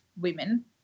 women